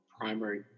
primary